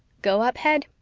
go up head.